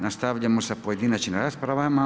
Nastavljamo sa pojedinačnim raspravama.